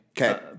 Okay